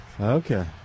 Okay